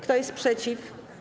Kto jest przeciw?